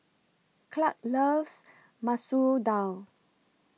Clarke loves Masoor Dal